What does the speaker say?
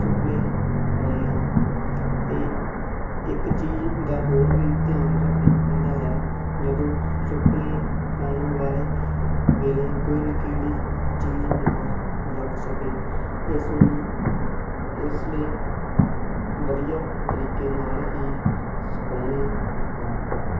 ਸੁੱਕਣੇ ਪਾਉਂਦੇ ਹਾਂ ਅਤੇ ਇੱਕ ਚੀਜ਼ ਦਾ ਹੋਰ ਵੀ ਧਿਆਨ ਰੱਖਣਾ ਪੈਂਦਾ ਹੈ ਜਦੋਂ ਸੁੱਕਣੇ ਪਾਉਣ ਵਾਲੇ ਵੇਲੇ ਕੋਈ ਨੁਕੀਲੀ ਚੀਜ਼ ਨਾ ਲੱਗ ਸਕੇ ਇਸ ਨੂੰ ਇਸ ਲਈ ਵਧੀਆ ਤਰੀਕੇ ਨਾਲ ਹੀ ਸੁਕਾਉਂਦੇ ਹਾਂ